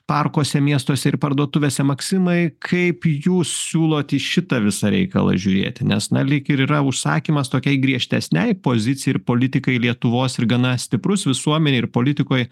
parkuose miestuose ir parduotuvėse maksimai kaip jūs siūlot į šitą visą reikalą žiūrėti nes na lyg ir yra užsakymas tokiai griežtesnei pozicijai ir politikai lietuvos ir gana stiprus visuomenėj ir politikoj